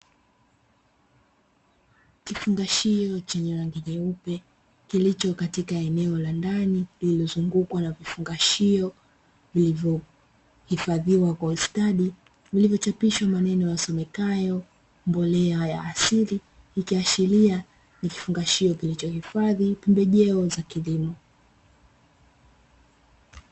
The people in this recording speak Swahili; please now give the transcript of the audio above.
Kifungashio chenye rangi nyeupe kilicho katika eneo la ndani, lililozungukwa na vifungashio vilivyohifadhiwa kwa ustdi vimechapishwa maneno yasomekayo mbolea ya asili, ikiashiria nikifungashio kilicho hifadhi pembejeo za kilimo.